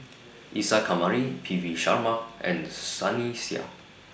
Isa Kamari P V Sharma and Sunny Sia